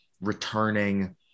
returning